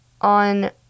on